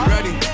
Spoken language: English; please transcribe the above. Ready